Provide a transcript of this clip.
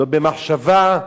לא במחשבה,